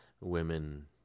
women